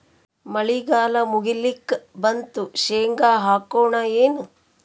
ಮಳಿಗಾಲ ಮುಗಿಲಿಕ್ ಬಂತು, ಶೇಂಗಾ ಹಾಕೋಣ ಏನು?